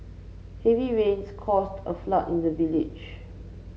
heavy rains caused a flood in the village